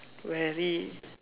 weary